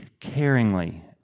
caringly